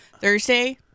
Thursday